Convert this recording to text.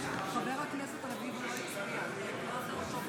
אם אין חברי כנסת נוספים שלא הצביעו תמה ההצבעה.